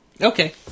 Okay